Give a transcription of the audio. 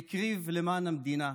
והקריב למען המדינה,